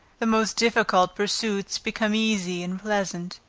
the most difficult pursuits become easy and pleasant.